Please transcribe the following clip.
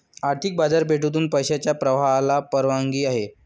आर्थिक बाजारपेठेतून पैशाच्या प्रवाहाला परवानगी आहे